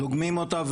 דוגמים אותה.